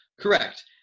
Correct